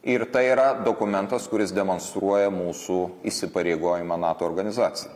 ir tai yra dokumentas kuris demonstruoja mūsų įsipareigojimą nato organizacijai